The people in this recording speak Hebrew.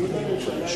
שלא ברור.